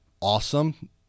awesome